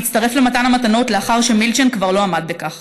הצטרף למתן המתנות לאחר שמילצ'ן כבר לא עמד בכך.